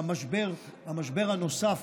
המשבר הנוסף,